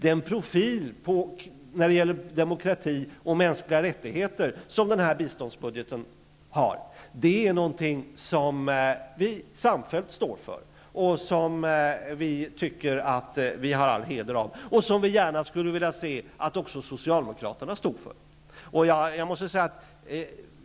Den profil när det gäller demokrati och mänskliga rättigheter som den här biståndsbudgeten har står vi samfällt för -- den tycker vi att vi har all heder av, och vi skulle gärna se att också Socialdemokraterna stod för den.